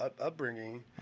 upbringing